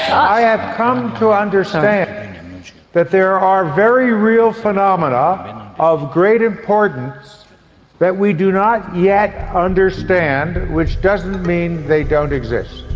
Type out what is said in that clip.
i have come to understand that there are very real phenomena of great importance that we do not yet understand, which doesn't mean they don't exist.